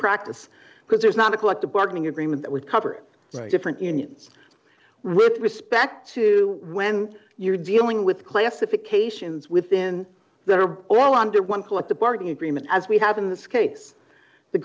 practice because there's not a collective bargaining agreement that would cover different unions with respect to when you're dealing with classifications within that are all under one collective bargaining agreement as we have in this case the